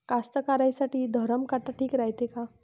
कास्तकाराइसाठी धरम काटा ठीक रायते का?